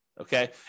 okay